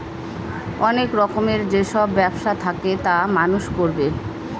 অনেক রকমের যেসব ব্যবসা থাকে তা মানুষ করবে